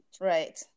Right